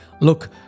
Look